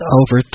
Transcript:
over